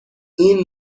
این